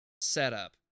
setup